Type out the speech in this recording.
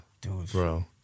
Bro